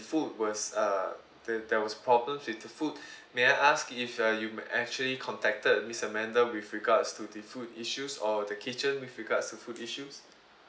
food was uh there there was problems with the food may I ask if uh you actually contacted miss amanda with regards to the food issues or the kitchen with regards to food issues